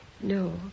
No